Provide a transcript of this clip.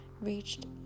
reached